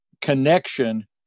connection